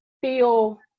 feel